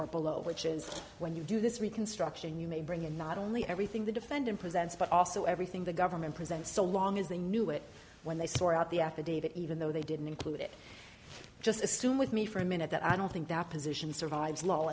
court below which is when you do this reconstruction you may bring in not only everything the defendant presents but also everything the government presents so long as they knew it when they swore out the affidavit even though they didn't include it just assume with me for a minute that i don't think that position